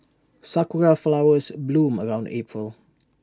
Sakura Flowers bloom around April